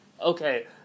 Okay